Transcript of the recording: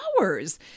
hours